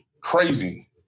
crazy